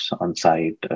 on-site